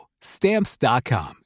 Stamps.com